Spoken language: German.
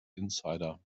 insider